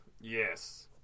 yes